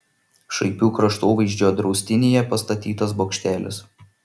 šaipių kraštovaizdžio draustinyje pastatytas bokštelis